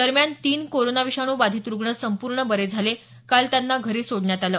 दरम्यान तीन कोरोना विषाणू बाधित रूग्ण संपूर्ण बरे झाले काल त्यांना घरी सोडण्यात आलं